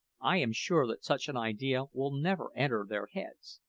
i am sure that such an idea will never enter their heads.